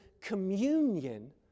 communion